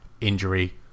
injury